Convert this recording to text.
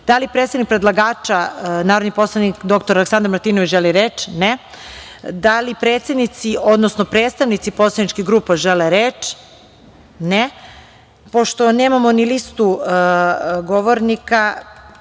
li predstavnik predlagača, narodni poslanik, dr Aleksandar Martinović, želi reč? (Ne)Da li predsednici, odnosno predstavnici poslaničkih grupa, žele reč? (Ne)Pošto nemamo ni listu govornika,